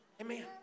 Amen